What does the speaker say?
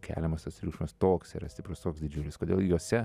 keliamas tas triukšmas toks yra stiprus toks didžiulis kodėl juose